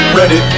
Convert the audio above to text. ready